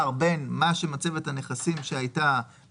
לבן מה שהפרט רואה ביתרה הצבורה שלו.